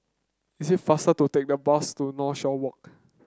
is it faster to take the bus to Northshore Walk